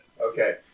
Okay